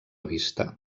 vista